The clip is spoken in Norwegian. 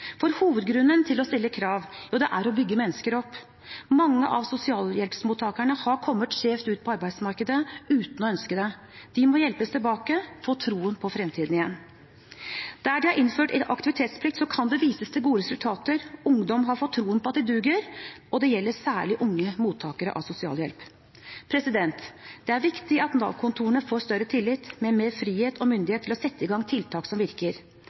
for hovedgrunnen til å stille krav er å bygge mennesker opp. Mange av sosialhjelpsmottakerne har kommet skjevt ut på arbeidsmarkedet uten å ønske det. De må hjelpes tilbake og få troen på fremtiden igjen. Der man har innført aktivitetsplikt, kan det vises til gode resultater. Ungdom har fått troen på at de duger, og det gjelder særlig unge mottakere av sosialhjelp. Det er viktig at Nav-kontorene får større tillit, med mer frihet og myndighet til å sette i gang tiltak som virker.